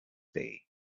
day